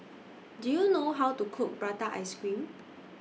Do YOU know How to Cook Prata Ice Cream